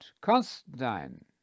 Constantine